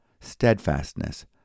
steadfastness